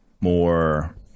more